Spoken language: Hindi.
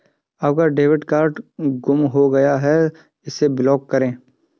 आपका डेबिट कार्ड गुम हो गया है इसे ब्लॉक करें